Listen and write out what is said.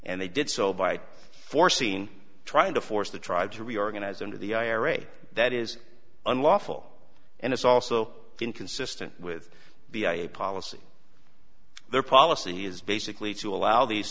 they did so by forcing trying to force the tribe to reorganize under the ira that is unlawful and it's also inconsistent with the i a e a policy their policy is basically to allow these